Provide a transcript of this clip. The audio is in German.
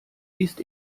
liest